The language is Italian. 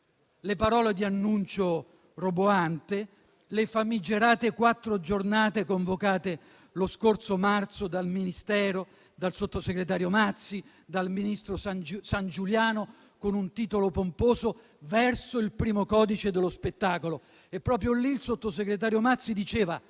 le parole di annuncio roboante, le famigerate quattro giornate convocate lo scorso marzo dal Ministero, dal sottosegretario Mazzi e dal ministro Sangiuliano, dal titolo pomposo «Verso il primo codice dello spettacolo». Proprio lì il sottosegretario Mazzi diceva